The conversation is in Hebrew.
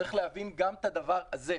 צריך להבין גם את הדבר הזה.